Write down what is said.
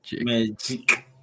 magic